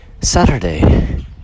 saturday